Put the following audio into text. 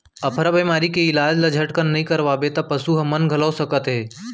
अफरा बेमारी के इलाज ल झटकन नइ करवाबे त पसू हर मन घलौ सकत हे